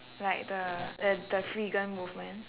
like the uh the freegan movement